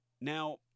now